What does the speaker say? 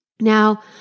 Now